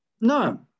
No